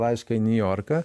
laišką į niujorką